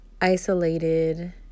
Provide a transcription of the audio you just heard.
isolated